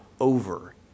over